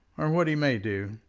or what he may do.